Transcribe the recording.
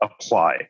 apply